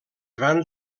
van